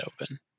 open